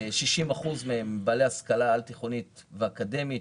60% מהם בעלי השכלה על-תיכונית ואקדמית,